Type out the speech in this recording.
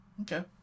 Okay